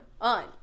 on